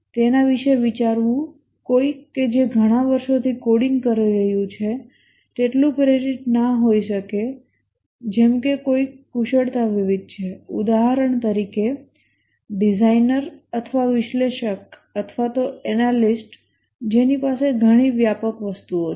તેના વિશે વિચારવું કોઈક કે જે ઘણાં વર્ષોથી કોડિંગ કરી રહ્યું છે તેટલું પ્રેરિત ન હોઈ શકે જેમ કે કોઈક કુશળતા વિવિધ છે ઉદાહરણ તરીકે ડિઝાઇનર અથવા વિશ્લેષક જેની પાસે ઘણી વ્યાપક વસ્તુઓ છે